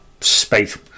space